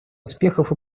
успехов